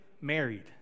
married